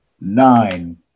nine